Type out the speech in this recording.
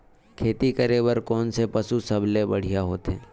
खेती करे बर कोन से पशु सबले बढ़िया होथे?